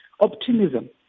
optimism